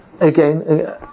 again